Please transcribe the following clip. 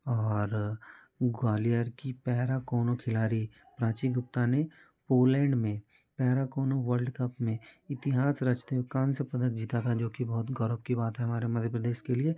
और ग्वालियर की पैराकोनो खिलारी प्राची गुप्ता ने पोलैंड में पैराकोनों वल्ड कप में इतिहास रचते हुए कांस्य पदक जीत था जोकि बहुत गरव की बात है हमारे मध्य प्रदेश के लिए